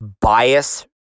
bias